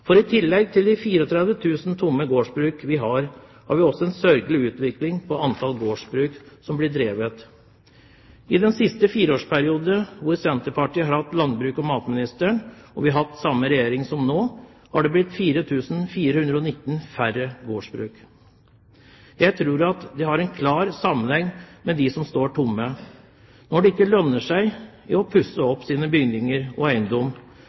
står. I tillegg til de 34 000 tomme gårdsbrukene har vi en sørgelig utvikling når det gjelder antall gårdsbruk som blir drevet. I den siste fireårsperioden, mens Senterpartiet har hatt landbruks- og matministeren, og vi har hatt den samme regjering som nå, har det blitt 4 419 færre gårdsbruk. Jeg tror det har en klar sammenheng med de tomme gårdsbrukene. Når det ikke lønner seg å pusse opp bygninger og